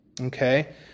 Okay